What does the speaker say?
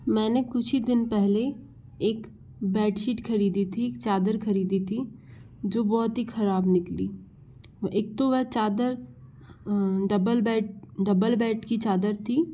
मैंने कुछ ही दिन पहले एक बैडसीट खरीदी थी एक चादर खरीदी थी जो बहुत ही खराब निकली एक तो वह चादर दबलबेड दबलबेड की चादर थी